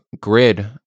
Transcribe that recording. grid